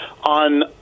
on